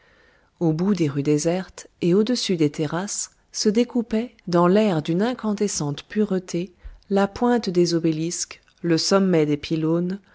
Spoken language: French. au bout des rues désertes et au-dessus des terrasses se découpaient dans l'air d'une incandescente pureté la pointe des obélisques le sommet des pylônes